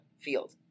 field